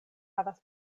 havas